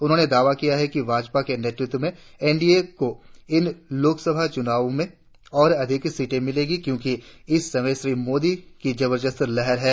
उन्होंने दावा किया कि भाजपा के नेतृत्व में एनडीए को इन लोकसभा चुनाओ में और अधिक सीटें मिलेगी क्योकि इस समय श्री मोदी की जबरदस्त लहर है